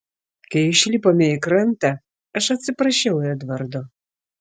kai išlipome į krantą aš atsiprašiau edvardo